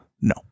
no